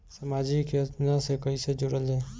समाजिक योजना से कैसे जुड़ल जाइ?